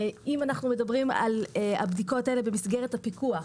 אם אנחנו מדברים על הבדיקות האלה במסגרת הפיקוח,